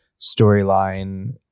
storyline